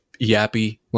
yappy